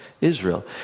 Israel